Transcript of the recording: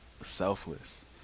selfless